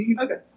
Okay